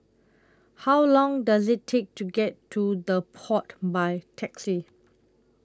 How Long Does IT Take to get to The Pod By Taxi